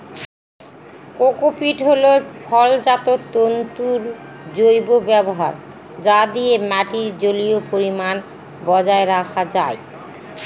cocopeat হল ফলজাত তন্তুর জৈব ব্যবহার যা দিয়ে মাটির জলীয় পরিমান বজায় রাখা যায়